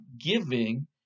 giving